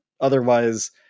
otherwise